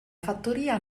fattoria